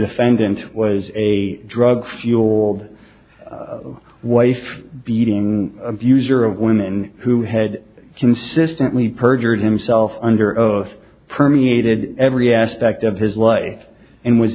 defendant was a drug fueled a wife beating abuser of women who had consistently perjured himself under oath permeated every aspect of his life and was